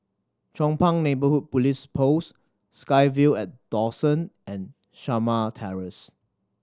Chong Pang Neighbourhood Police Post SkyVille at Dawson and Shamah Terrace